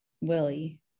Willie